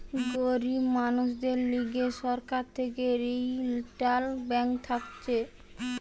গরিব মানুষদের লিগে সরকার থেকে রিইটাল ব্যাঙ্ক থাকতিছে